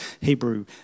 Hebrew